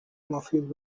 مفید